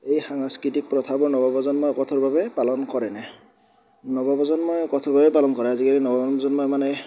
এই সাংস্কৃতিক প্ৰথাবোৰ নৱপ্ৰজন্মই কঠোৰভাৱে পালন কৰেনে নৱপ্ৰজন্মই কঠোৰভাৱে পালন কৰে আজি কালি নৱপ্ৰজন্মই মানে